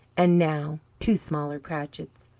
and now two smaller cratchits,